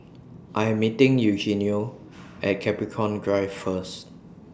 I Am meeting Eugenio At Capricorn Drive First